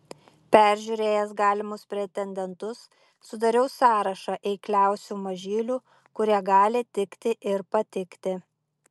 peržiūrėjęs galimus pretendentus sudariau sąrašą eikliausių mažylių kurie gali tikti ir patikti